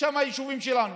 שם היישובים שלנו.